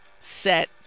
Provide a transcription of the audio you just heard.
set